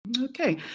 Okay